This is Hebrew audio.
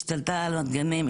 השתלטה על הגנים,